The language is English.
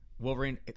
Wolverine